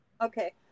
okay